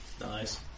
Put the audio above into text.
Nice